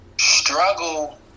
struggle